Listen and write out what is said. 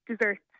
desserts